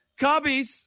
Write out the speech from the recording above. cubbies